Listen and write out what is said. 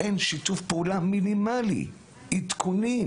אין שיתוף פעולה מינימלי, עדכוני,